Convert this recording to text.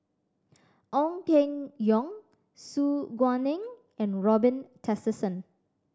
Ong Keng Yong Su Guaning and Robin Tessensohn